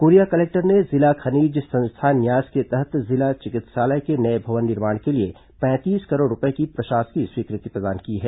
Korea collector ने जिला खनिज संस्थान न्यास के तहत जिला चिकित्सालय के नये भवन निर्माण के लिए पैंतीस करोड़ रूपये की प्रशासकीय स्वीकृति प्रदान की है